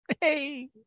Hey